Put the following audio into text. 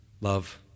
love